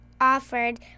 offered